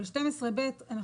אנחנו